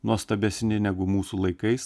nuostabesni negu mūsų laikais